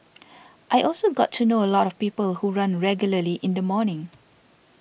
I also got to know a lot of people who run regularly in the morning